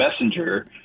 Messenger